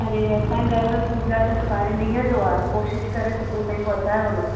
अड़े असांजे घर में पूॼा त सुभाणे ॾींहं जो आहे कोशिश करे सुबुहु ताईं पहुचायो न